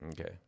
Okay